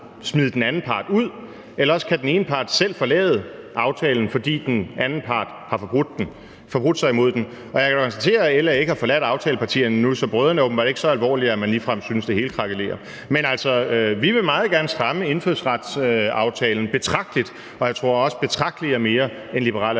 smide den anden part ud, eller også kan den ene part selv forlade aftalen, fordi den anden part har forbrudt sig mod den. Og jeg må konstatere, at LA ikke har forladt aftalepartierne endnu, så brøden er åbenbart ikke så alvorlig, at man ligefrem synes, at det hele krakelerer. Men vi vil meget gerne stramme indfødsretsaftalen betragteligt, og jeg tror også, at vores »betragteligt« er mere, end Liberal